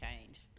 change